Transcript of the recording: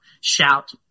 shout